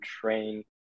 train